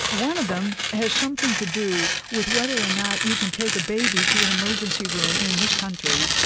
one of them has something to do with whether or not you can take a baby to an emergency room in this country,